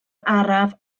araf